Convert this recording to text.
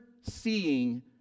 seeing